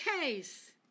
case